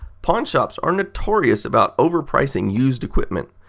pawn shops are notorious about overpricing used equipment,